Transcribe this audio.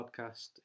podcast